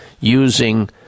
using